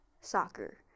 soccer